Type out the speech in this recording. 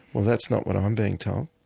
well that's not what i'm being told.